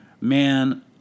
Man